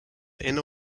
inner